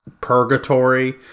purgatory